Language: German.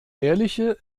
ehrliche